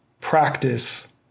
practice